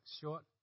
short